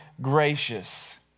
gracious